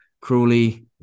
cruelly